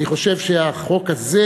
אני חושב שהחוק הזה,